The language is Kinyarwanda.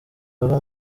bava